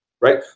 right